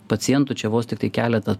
pacientų čia vos tiktai keletą